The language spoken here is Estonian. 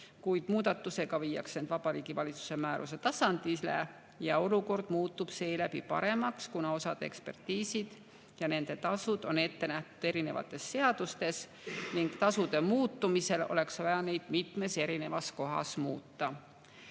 kuid muudatusega viiakse need Vabariigi Valitsuse määruse tasandile ja olukord muutub seeläbi paremaks, kuna osa ekspertiise ja nende tasud on ette nähtud erinevates seadustes ning tasude muutumisel oleks vaja neid mitmes kohas muuta.